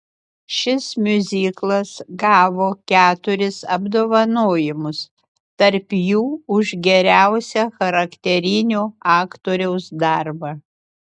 šis miuziklas gavo keturis apdovanojimus tarp jų už geriausią charakterinio aktoriaus darbą